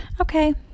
Okay